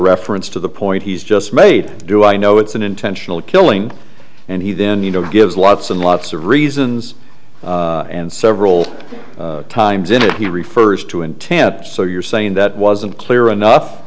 reference to the point he's just made do i know it's an intentional killing and he then you know gives lots and lots of reasons and several times in it he refers to an attempt so you're saying that wasn't clear enough